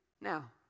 now